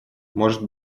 может